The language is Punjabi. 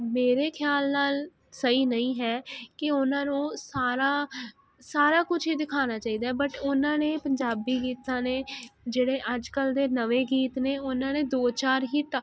ਮੇਰੇ ਖਿਆਲ ਨਾਲ ਸਈ ਨਈਂ ਹੈ ਕੀ ਉਨ੍ਹਾਂ ਨੂੰ ਸਾਰਾ ਸਾਰਾ ਕੁਛ ਈ ਦਿਖਾਣਾ ਚਾਈਦਾ ਬੱਟ ਉਨ੍ਹਾਂ ਨੇ ਪੰਜਾਬੀ ਗੀਤਾਂ ਨੇ ਜਿਹੜੇ ਅੱਜ ਕੱਲ੍ਹ ਦੇ ਨਵੇਂ ਗੀਤ ਨੇ ਉਨ੍ਹਾਂ ਨੇ ਦੋ ਚਾਰ ਹੀ